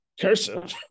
Cursive